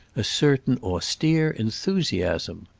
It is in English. a certain austere enthusiasm.